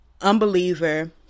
Unbeliever